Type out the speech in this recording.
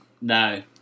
No